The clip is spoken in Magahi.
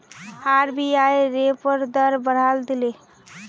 आर.बी.आई रेपो दर बढ़ाए दिले